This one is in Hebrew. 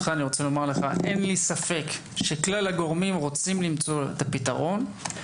אין לי ספק שכלל הגורמים רוצים למצוא את הפתרון.